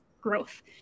growth